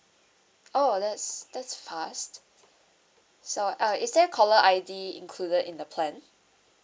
oh that's that's fast so uh is there caller I_D included in the plan